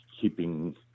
keeping